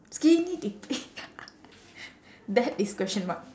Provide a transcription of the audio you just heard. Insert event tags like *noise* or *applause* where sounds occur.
skinny dippi~ *laughs* that is question mark